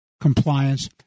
compliance